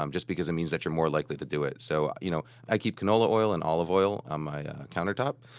um just because it means that you're more likely to do it. so you know i keep canola oil and olive oil on my countertop,